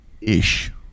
Ish